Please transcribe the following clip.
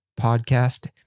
podcast